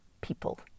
people